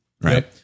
Right